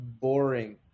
boring